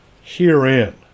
Herein